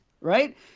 right